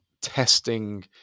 testing